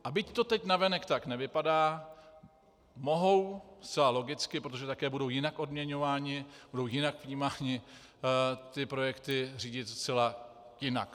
A byť to teď navenek tak nevypadá, mohou zcela logicky, protože také budou jinak odměňováni, budou jinak vnímáni ty projekty řídit zcela jinak.